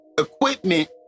Equipment